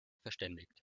verständigt